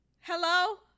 hello